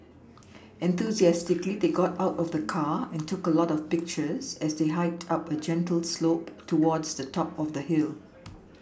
enthusiastically they got out of the car and took a lot of pictures as they hiked up a gentle slope towards the top of the hill